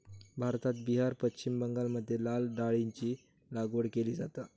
भारतात बिहार, पश्चिम बंगालमध्ये लाल डाळीची लागवड केली जाता